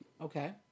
Okay